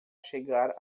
chegar